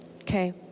okay